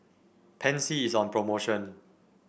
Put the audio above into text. Pansy is on promotion